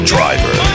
Driver